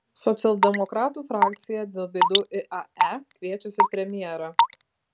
socialdemokratų frakcija dėl bėdų iae kviečiasi premjerą